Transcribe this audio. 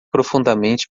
profundamente